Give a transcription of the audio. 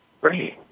Great